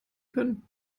können